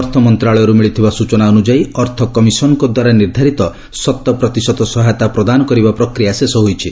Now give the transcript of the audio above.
ଅର୍ଥ ମନ୍ତ୍ରଣାଳୟରୁ ମିଳିଥିବା ସୂଚନା ଅନୁଯାୟୀ ଅର୍ଥ କମିଶନଙ୍କ ଦ୍ୱାରା ନିର୍ଦ୍ଧାରିତ ଶତପ୍ରତିଶତ ସହାୟତା ପ୍ରଦାନ କରିବା ପ୍ରକ୍ରିୟା ଶେଷ ହୋଇଛି